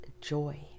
joy